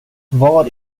var